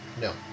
no